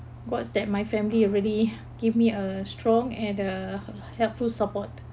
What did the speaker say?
what's that my family already give me a strong and uh helpful support